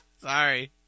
Sorry